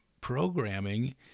programming